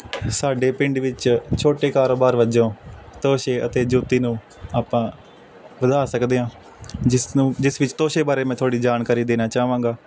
ਸਾਡੇ ਪਿੰਡ ਵਿੱਚ ਛੋਟੇ ਕਾਰੋਬਾਰ ਵਜੋਂ ਤੋਸ਼ੇ ਜੋਤੀ ਨੂੰ ਆਪਾਂ ਵਧਾ ਸਕਦੇ ਹਾਂ ਜਿਸ ਨੂੰ ਜਿਸ ਵਿੱਚ ਤੋਸ਼ੇ ਬਾਰੇ ਮੈਂ ਥੋੜ੍ਹੀ ਜਾਣਕਾਰੀ ਦੇਣਾ ਚਾਹਾਂਗਾ